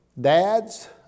Dads